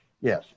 yes